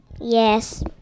Yes